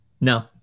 no